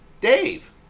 Dave